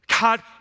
God